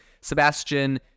Sebastian